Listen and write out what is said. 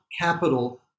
capital